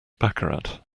baccarat